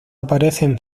aparecen